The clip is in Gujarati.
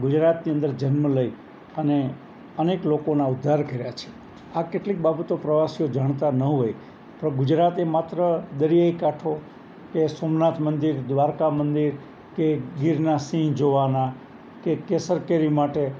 ગુજરાતની અંદર જન્મ લઇ અને અનેક લોકોના ઉદ્ધાર કર્યા છે આ કેટલીક બાબતો પ્રવાસીઓ જાણતા ન હોય તો ગુજરાતી માત્ર દરિયાઈ કાંઠો કે સોમનાથ મંદિર દ્વારકા મંદિર કે ગીરના સિંહ જોવાના કે કેસર કેરી માટે